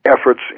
efforts